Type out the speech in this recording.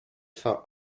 for